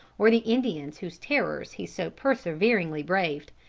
or the indians whose terrors he so perseveringly braved.